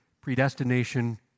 Predestination